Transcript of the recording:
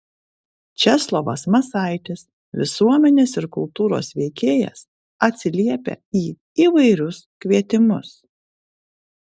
česlovas masaitis visuomenės ir kultūros veikėjas atsiliepia į įvairius kvietimus